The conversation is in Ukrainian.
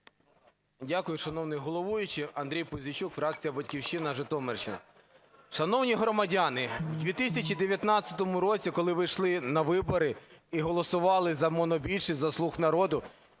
Дякую, шановний головуючий. Андрій Пузійчук, фракція "Батьківщина", Житомирщина. Шановні громадяни, в 2019 році, коли ви йшли на вибори і голосували за монобільшість, за "слуг народу",